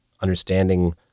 understanding